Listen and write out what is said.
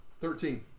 Thirteen